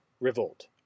revolt